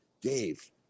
Dave